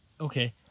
okay